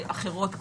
אחרות גם,